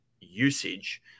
usage